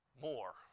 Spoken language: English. more